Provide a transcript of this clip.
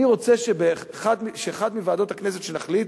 אני רוצה שאחת מוועדות הכנסת שנחליט,